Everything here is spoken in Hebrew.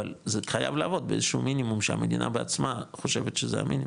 אבל זה חייב לעמוד באיזשהו מינימום שהמדינה בעצמה חושבת שזה המינימום,